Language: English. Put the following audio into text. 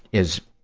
is,